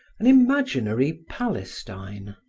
an imaginary palestine.